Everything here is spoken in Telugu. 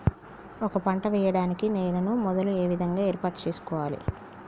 ఒక పంట వెయ్యడానికి నేలను మొదలు ఏ విధంగా ఏర్పాటు చేసుకోవాలి?